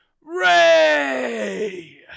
ray